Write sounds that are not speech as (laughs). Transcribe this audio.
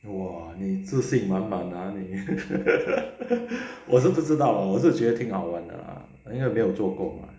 哇你自信满满啊 (laughs) 我是不知道啦我是决定好啦因为没做过